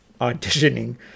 auditioning